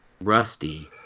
Rusty